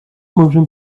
motion